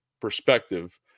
perspective